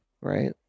right